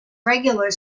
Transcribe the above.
regular